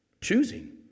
choosing